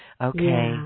Okay